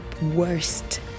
worst